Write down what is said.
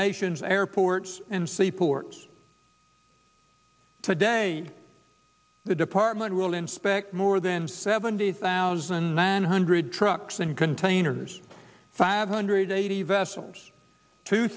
nation's airports and seaports today the department will inspect more than seventy thousand one hundred trucks and containers five hundred eighty vessels two